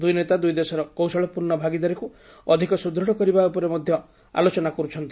ଦୁଇ ନେତା ଦୁଇଦେଶର କୌଶଳପୂର୍ଣ୍ଣ ଭାଗିଦାରୀକୁ ଅଧିକ ସୁଦୃତ୍ କରିବା ଉପରେ ମଧ୍ୟ ଆଲୋଚନା କରିଛନ୍ତି